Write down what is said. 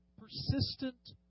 persistent